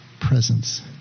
presence